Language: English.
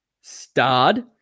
starred